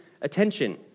attention